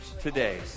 today